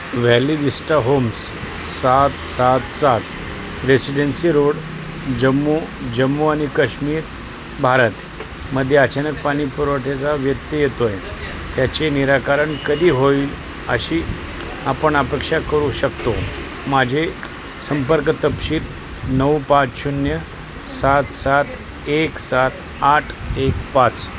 valley vista homes सात सात सात रेसिडेन्सी रोड जम्मू जम्मू आणि काश्मीर भारत मध्ये अचानक पाणी पुरवठ्याचा व्यत्यय येतो आहे त्याचे निराकरण कधी होईल अशी आपण अपेक्षा करू शकतो माझे संपर्क तपशील नऊ पाच शून्य सात सात एक सात आठ एक पाच